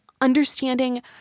understanding